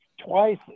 twice